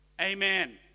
amen